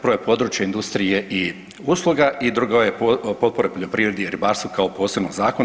Prvo je područje industrije i usluga i drugo je potpora poljoprivredi i ribarstvu kao posebnog zakona.